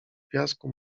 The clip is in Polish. piasku